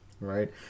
right